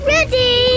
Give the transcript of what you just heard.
Ready